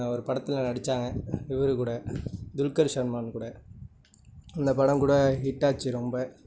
ஒரு படத்தில் நடித்தாங்க இவர் கூட துல்கர் சல்மான் கூட இந்த படம் கூட ஹிட் ஆச்சு ரொம்ப